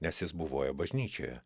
nes jis buvo jo bažnyčioje